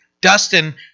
Dustin